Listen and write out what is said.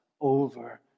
over